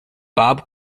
bob